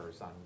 on